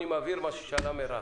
אני מבהיר את השאלה של מרב.